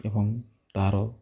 ଏବଂ ତାହାର